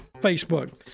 Facebook